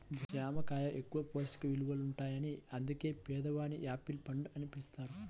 జామ కాయ ఎక్కువ పోషక విలువలుంటాయని అందుకే పేదవాని యాపిల్ పండు అని పిలుస్తారు